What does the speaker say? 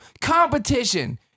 Competition